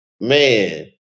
Man